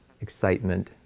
excitement